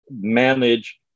manage